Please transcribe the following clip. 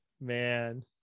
man